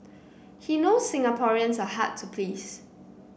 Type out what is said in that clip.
he knows Singaporeans are hard to please